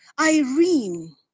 Irene